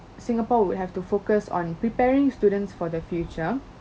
singapore would have to focus on preparing students for the future